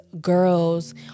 girls